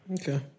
Okay